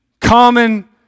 common